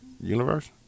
Universe